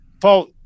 Paul